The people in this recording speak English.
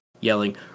yelling